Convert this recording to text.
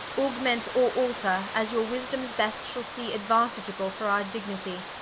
augment, or alter, as your wisdomes best shall see aduantageable for our dignitie,